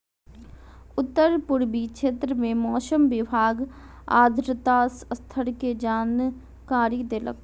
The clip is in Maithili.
उत्तर पूर्वी क्षेत्र में मौसम विभाग आर्द्रता स्तर के जानकारी देलक